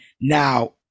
now